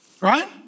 Right